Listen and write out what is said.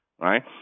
right